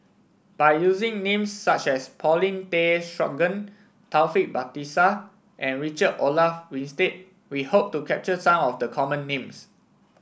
by using names such as Paulin Tay Straughan Taufik Batisah and Richard Olaf Winstedt we hope to capture some of the common names